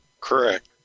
Correct